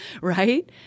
right